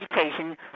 education